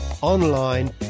online